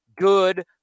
good